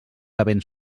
havent